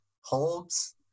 holds